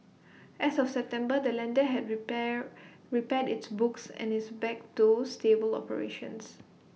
as of September the lender had repair repaired its books and is back to stable operations